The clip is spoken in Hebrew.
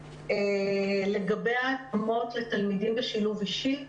לגבי התאמות לתלמידים בשילוב אישי,